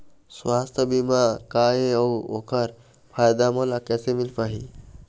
सुवास्थ बीमा का ए अउ ओकर फायदा मोला कैसे मिल पाही?